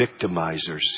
victimizers